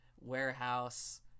warehouse